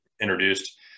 introduced